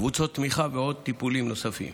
קבוצות תמיכה וטיפולים נוספים.